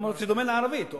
זה דומה לערבית.